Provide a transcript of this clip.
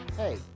hey